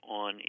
on